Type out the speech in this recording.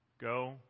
Go